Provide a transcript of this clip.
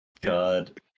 god